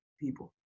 people